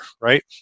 right